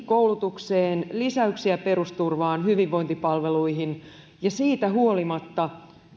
koulutukseen lisäyksiä perusturvaan hyvinvointipalveluihin ja siitä huolimatta